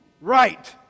right